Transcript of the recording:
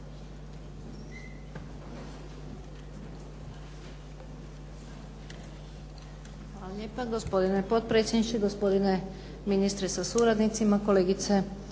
Hvala lijepa gospodine potpredsjedniče, gospodine ministre sa suradnicima, kolegice